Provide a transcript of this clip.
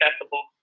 accessible